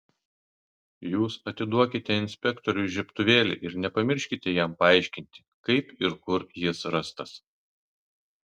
jūs atiduokite inspektoriui žiebtuvėlį ir nepamirškite jam paaiškinti kaip ir kur jis rastas